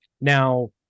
Now